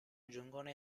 giungono